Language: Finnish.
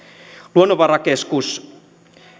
luonnonvarakeskus